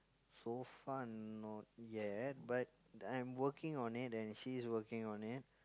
so far not yet but I'm working on it and she is working on it